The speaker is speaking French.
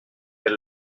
elle